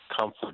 comfort